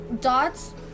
dots